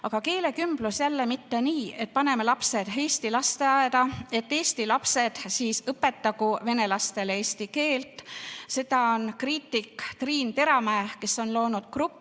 Aga keelekümblus jälle mitte nii, et paneme lapsed eesti lasteaeda, eesti lapsed õpetagu vene lastele eesti keelt. Seda on kriitik Triin Teramäe, kes on loonud grupi